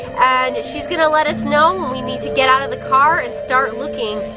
and she's gonna let us know when we need to get out of the car and start looking.